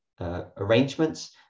arrangements